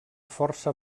força